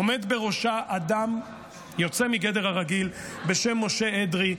עומד בראשה אדם יוצא מגדר הרגיל בשם משה אדרי.